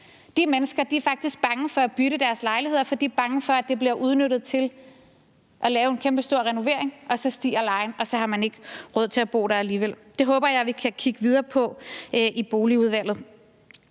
De mennesker er faktisk bange for at bytte deres lejligheder, for de er bange for, at det bliver udnyttet til at lave en kæmpestor renovering, og så stiger lejen, og så har de ikke råd til at bo der alligevel. Det håber jeg vi kan kigge videre på i Boligudvalget.